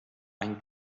any